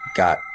got